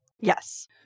Yes